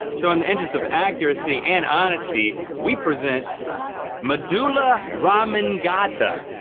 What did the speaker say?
so in the interest of accuracy and honesty, we present medula ramen-gata.